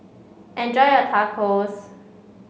enjoy your Tacos